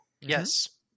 Yes